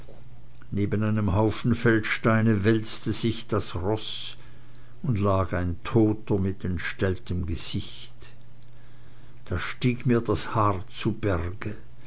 neben einem haufen feldsteine wälzte sich das roß und lag ein toter mit entstelltem gesicht da stieg mir das haar zu berge